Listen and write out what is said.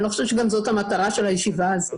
אני לא חושבת שזאת המטרה של הישיבה הזאת